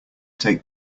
take